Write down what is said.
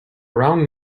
round